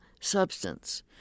substance